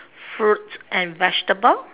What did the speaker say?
fruits and vegetable